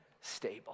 stable